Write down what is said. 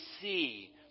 see